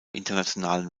internationalen